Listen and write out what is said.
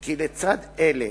כי לצד אלה,